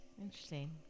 Interesting